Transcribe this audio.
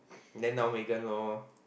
then now Megan lor